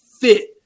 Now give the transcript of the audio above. fit